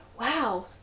wow